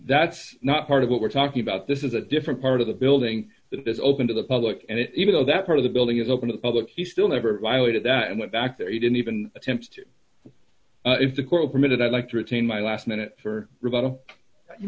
that's not part of what we're talking about this is a different part of the building that is open to the public and it even though that part of the building is open to the public he still never violated that and went back there he didn't even attempt to if the girl permitted i'd like to retain my last minute